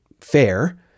fair